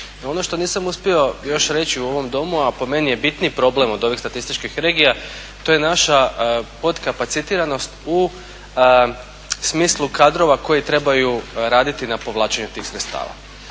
ono što nisam uspio još reći u ovom Domu, a po meni je bitniji problem od ovih statističkih regija, to je naša podkapacitiranost u smislu kadrova koji trebaju raditi na povlačenju tih sredstava.